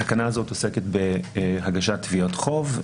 התקנה הזו עוסקת בהגשת תביעות חוב.